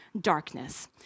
darkness